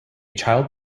child